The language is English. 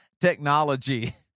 technology—